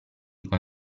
con